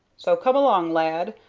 so come along, lad,